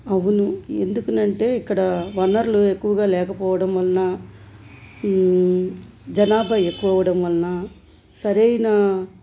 అవును ఎందుకు అని అంటే ఇక్కడ వనరులు ఎక్కువగా లేకపోవడం వలన జనాభా ఎక్కువ అవడం వలన సరైన